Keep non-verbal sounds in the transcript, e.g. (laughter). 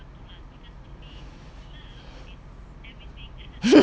(laughs)